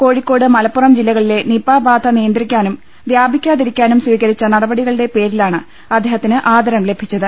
കോഴിക്കോട് മലപ്പുറം ജില്ലകളിലെ നിപാ ബാധ നിയന്ത്രിക്കാനും വ്യാപിക്കാതിരിക്കാനും സ്വീകരിച്ച നടപടികളുടെ പേരിലാണ് അദ്ദേഹത്തിന് ആദരം ലഭിച്ചത്